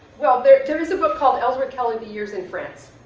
well there there is a book called ellsworth kelly the years in france.